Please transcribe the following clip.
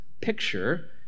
picture